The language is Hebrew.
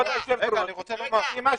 לפי מה שאתה אומר --- אני רוצה לומר --- לפי